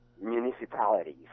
municipalities